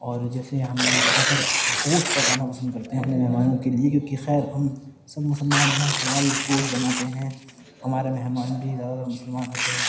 اور جیسے ہم زیادہ تر گوشت پکانا پسند کرتے ہیں اپنے مہمانوں کے لیے کیونکہ خیر ہم سب مسلمان ہیں حلال گوشت بناتے ہیں ہمارے مہمان بھی زیادہ تر مسلمان ہوتے ہیں